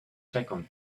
second